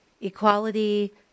Equality